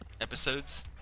episodes